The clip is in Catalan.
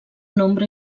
nombre